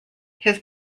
his